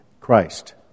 Christ